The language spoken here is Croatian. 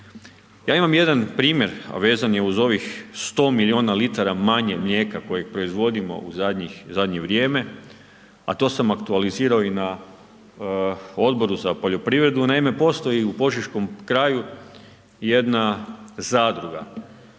Ja imam jedan primjer a vezan je uz ovih 100 milijuna litara manje mlijeka kojeg proizvodimo u zadnje vrijeme a to sam aktualizirao i na Odboru za poljoprivredu, naime postoji u požeškom kraju jedna zadruga